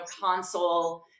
console